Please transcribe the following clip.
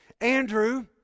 Andrew